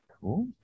cool